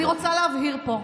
אני רוצה להבהיר פה,